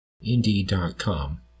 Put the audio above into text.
Indeed.com